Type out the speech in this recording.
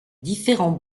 différents